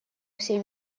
всей